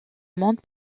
monde